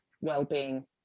well-being